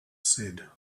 said